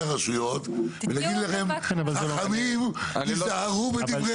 הרשויות וגיד להם חכמים היזהרו מדבריכם,